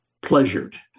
pleasured